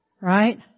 Right